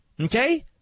okay